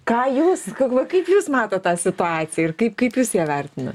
ką jūs va kaip jūs matot tą situaciją ir kaip kaip jūs ją vertinat